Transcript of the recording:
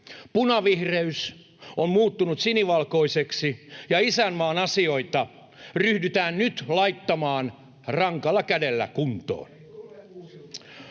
Punavihreys on muuttunut sinivalkoiseksi, ja isänmaan asioita ryhdytään nyt laittamaan rankalla kädellä kuntoon.